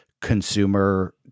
Consumer